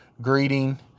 greeting